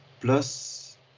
Plus